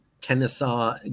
Kennesaw